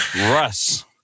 russ